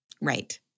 Right